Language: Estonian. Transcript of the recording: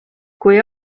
kui